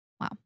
Wow